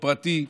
באופן פרטי,